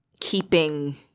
keeping